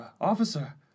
Officer